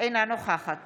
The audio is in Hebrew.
אינה נוכחת